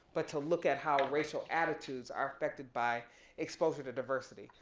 but to look at how racial attitudes are affected by exposure to diversity.